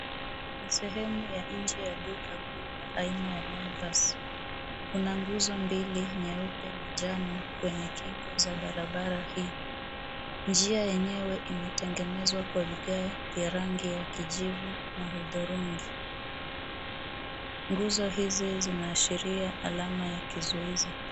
Ni sehemu ya nje ya duka kuu aina ya Naivas, kuna nguzo mbili nyeupe na manjano kwenye kingo za barabara hii. Njia yenyewe imetengenezwa kwa vigae vya rangi ya kijivu na udhurungi. Nguzo hizi zinaashiria alama ya kizuizi.